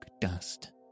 dust